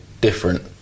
different